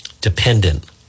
dependent